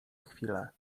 chwile